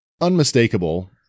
Unmistakable